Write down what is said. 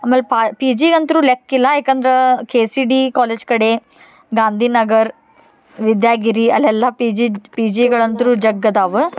ಆಮೇಲೆ ಪಾಲ್ P G ಅಂತ್ರು ಲೆಕ್ ಇಲ್ಲ ಯಾಕಂದ್ರೆ ಕೆ ಸಿ ಡಿ ಕಾಲೇಜ್ ಕಡೆ ಗಾಂಧಿನಗರ ವಿದ್ಯಾಗಿರಿ ಅಲ್ಲೆಲ್ಲ ಪಿ ಜಿ ಪಿ ಜಿಗಳಂತ್ರು ಜಗ ಅದಾವು